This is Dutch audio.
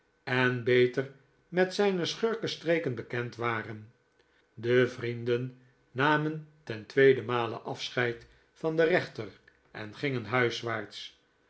en beter met zijne sehurkenstreken bekend waren de vrienden namen ten tweeden maleafscheid van den rechter en gingen huiswaarts